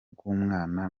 bw’umwana